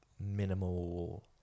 minimal